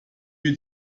wird